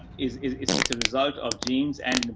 is is it's, it's a result of genes and,